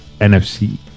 NFC